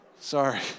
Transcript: Sorry